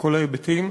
ובכל ההיבטים.